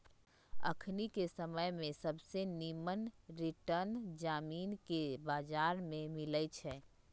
अखनिके समय में सबसे निम्मन रिटर्न जामिनके बजार में मिलइ छै